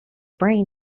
brain